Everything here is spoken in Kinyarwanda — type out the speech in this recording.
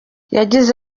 yagize